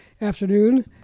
afternoon